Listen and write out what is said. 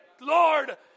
Lord